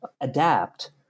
adapt